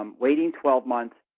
um waiting twelve months